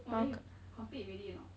oh then you complete already or not